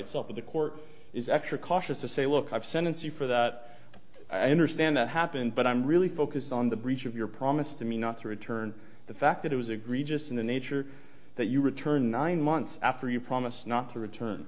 itself but the court is extra cautious to say look i've sentence you for that i understand that happened but i'm really focused on the breach of your promise to me not to return the fact that it was agree just in the nature that you returned nine months after you promised not to return